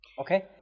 okay